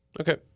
Okay